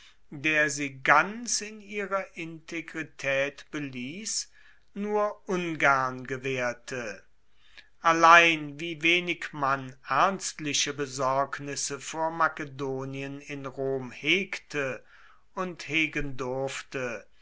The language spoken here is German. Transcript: der sie ganz in ihrer integritaet beliess nur ungern gewaehrte allein wie wenig man ernstliche besorgnisse vor makedonien in rom hegte und hegen durfte